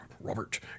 Robert